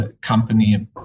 company